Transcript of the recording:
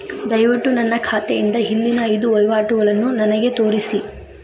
ದಯವಿಟ್ಟು ನನ್ನ ಖಾತೆಯಿಂದ ಹಿಂದಿನ ಐದು ವಹಿವಾಟುಗಳನ್ನು ನನಗೆ ತೋರಿಸಿ